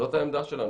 זו העמדה שלנו.